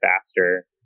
faster